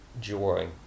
joy